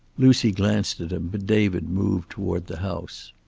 lucy glanced at him, but david moved toward the house.